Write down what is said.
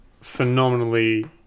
phenomenally